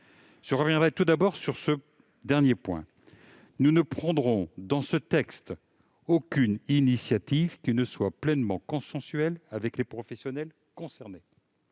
Je reviendrai tout d'abord sur ce dernier point. Nous ne prendrons dans cette ordonnance aucune initiative qui ne soit pleinement consensuelle avec les professionnels concernés.